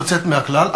5 ביוני 2013 למניינם.